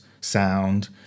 sound